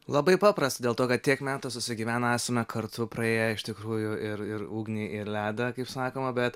labai paprasta dėl to kad tiek metų sugyvenę esame kartu praėję iš tikrųjų ir ir ugnį ir ledą kaip sakoma bet